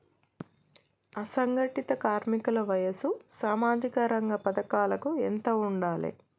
అసంఘటిత కార్మికుల వయసు సామాజిక రంగ పథకాలకు ఎంత ఉండాలే?